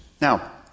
Now